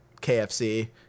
KFC